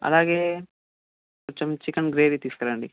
అలాగే కొంచెం chicken gravy తీసుకురండి